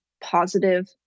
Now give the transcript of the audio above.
positive